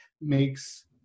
makes